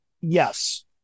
Yes